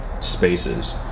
spaces